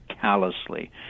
callously